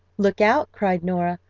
look out, cried nora,